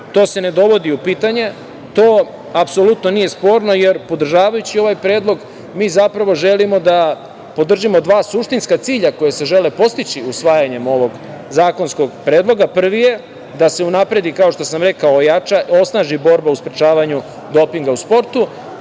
To se ne dovodi u pitanje, to apsolutno nije sporno. Podržavajući ovaj predlog, mi zapravo želimo da podržimo dva suštinska cilja koja se žele postići usvajanjem ovog zakonskog predloga. Prvi je da se unapredi, kao što sam rekao, ojača, osnaži borba u sprečavanju dopinga u sportu